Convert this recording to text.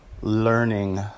learning